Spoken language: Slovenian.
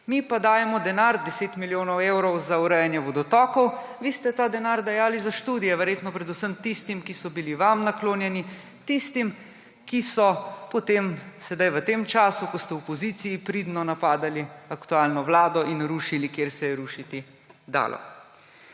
mi pa dajemo denar, 10 milijonov evrov za urejanje vodotokov. Vi ste ta denar dajali za študije, verjetno predvsem tistim, ki so bili vam naklonjeni, tistim, ki so potem, sedaj v tem času, ko ste v opoziciji, pridno napadali aktualno vlado in rušili, kjer se je rušiti dalo.